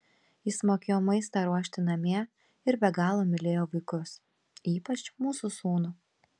jis mokėjo maistą ruošti namie ir be galo mylėjo vaikus ypač mūsų sūnų